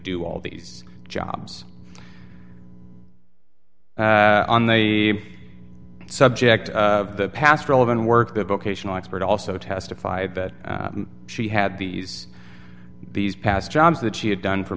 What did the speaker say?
do all these jobs on the subject of the past relevant work the vocational expert also testified that she had these these past jobs that she had done for